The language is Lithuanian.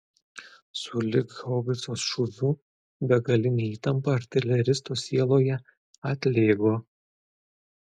sulig haubicos šūviu begalinė įtampa artileristo sieloje atlėgo